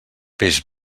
peix